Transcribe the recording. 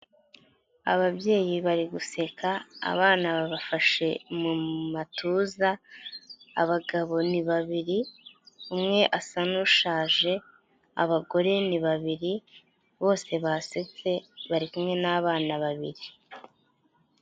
Ababyeyi bari guseka abana babafashe mu matuza, abagabo ni babiri umwe asa n'ushaje, abagore ni babiri bose basetse bari kumwe n'abana babiri.